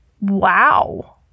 wow